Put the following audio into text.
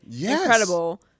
incredible